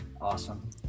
Awesome